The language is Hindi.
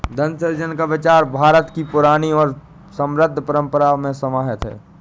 धन सृजन का विचार भारत की पुरानी और समृद्ध परम्परा में समाहित है